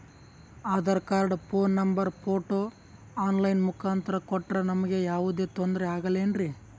Aadhaar card, phone number, photo online ಮುಖಾಂತ್ರ ಕೊಟ್ರ ನಮಗೆ ಯಾವುದೇ ತೊಂದ್ರೆ ಆಗಲೇನ್ರಿ?